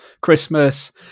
Christmas